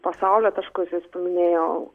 pasaulio taškus jis paminėjo